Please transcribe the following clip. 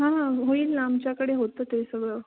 हां हां होईल ना आमच्याकडे होतं ते सगळं